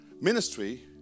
ministry